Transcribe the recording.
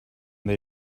they